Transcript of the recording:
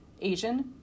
Asian